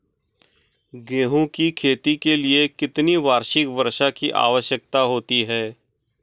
गेहूँ की खेती के लिए कितनी वार्षिक वर्षा की आवश्यकता होती है?